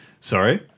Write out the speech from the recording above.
Sorry